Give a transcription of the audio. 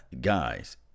guys